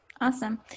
Awesome